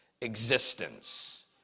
existence